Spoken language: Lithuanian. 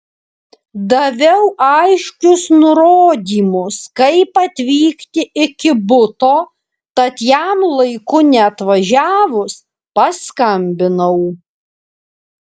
daviau aiškius nurodymus kaip atvykti iki buto tad jam laiku neatvažiavus paskambinau